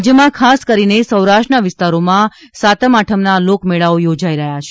રાજ્યમાં ખાસ કરીને સૌરાષ્ટ્રના વિસ્તારોમાં સાતમ આઠમના લોકમેળાઓ યોજાઈ રહ્યા છે